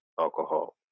alcohol